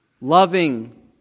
...loving